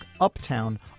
Uptown